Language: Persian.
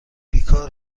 بیکار